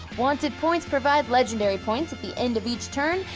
wanted points provide legendary points at the end of each turn,